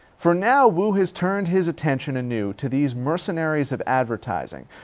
for now wu has turned his attention anew to these mercenaries of advertising,